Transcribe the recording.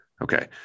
Okay